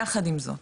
יחד עם זאת